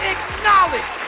Acknowledge